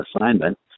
assignment